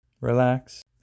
relax